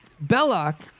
Belloc